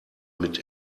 mit